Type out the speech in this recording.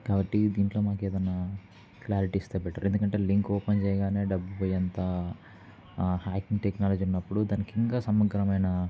కాబట్టి దీంట్లో మాకు ఏదైనా క్లారిటీ ఇస్తే బెటర్ ఎందుకంటే లింక్ ఓపెన్ చేయగానే డబ్బు పోయ్యేంత హ్యాకింగ్ టెక్నాలజీ ఉన్నప్పుడు దానికి ఇంకా సమగ్రమైన